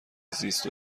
زیست